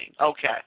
okay